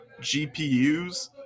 GPUs